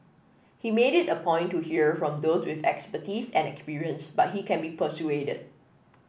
he made it a point to hear from those with expertise and experience but he can be persuaded